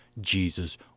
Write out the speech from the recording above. Jesus